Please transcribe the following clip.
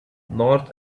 north